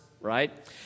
Right